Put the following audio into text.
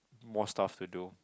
more stuff to do